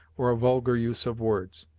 or a vulgar use of words.